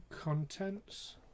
contents